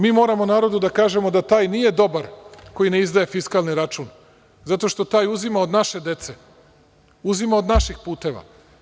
Mi moramo narodu da kažemo da taj nije dobar koji ne izdaje fiskalni račun, zato što taj uzima od naše dece, uzima od naših puteva.